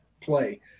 play